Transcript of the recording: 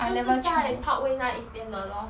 就是在 parkway 那一边的 lor